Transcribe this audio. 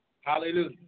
Hallelujah